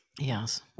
Yes